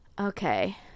Okay